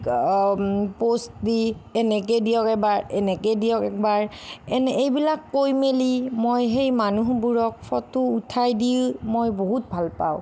pose দি এনেকৈ দিয়ক এবাৰ এনেকৈ দিয়ক এবাৰ এনে এইবিলাক কৈ মেলি মই সেই মানুহবোৰক ফটো উঠাই দি মই বহুত ভাল পাওঁ